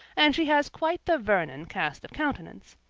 and she has quite the vernon cast of countenance,